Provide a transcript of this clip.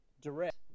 direct